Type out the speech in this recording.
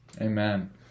Amen